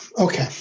Okay